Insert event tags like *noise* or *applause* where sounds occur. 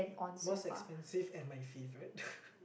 most expensive and my favourite *laughs*